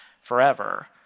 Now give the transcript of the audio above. forever